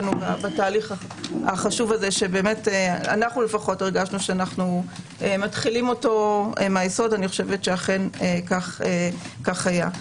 בתהליך החשוב שאנו הרגשנו שאנו מתחילים אותו מהיסוד חושבת שכך היה.